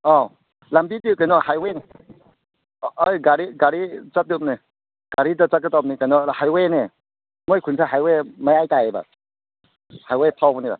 ꯑꯥ ꯂꯝꯕꯤꯗꯤ ꯀꯩꯅꯣ ꯍꯥꯏꯋꯦꯅꯤ ꯑꯩ ꯒꯥꯔꯤ ꯆꯠꯇꯣꯏꯅꯦ ꯒꯥꯔꯤꯗ ꯆꯠꯀꯗꯕꯅꯤ ꯀꯩꯅꯣꯗ ꯍꯥꯏꯋꯦꯅꯦ ꯃꯣꯏ ꯈꯨꯟꯁꯦ ꯍꯥꯏꯋꯦ ꯃꯌꯥꯏ ꯇꯥꯏꯌꯦꯕ ꯍꯥꯏꯋꯦ ꯐꯥꯎꯕꯅꯤꯅ